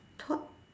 thought